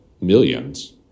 millions